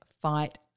fight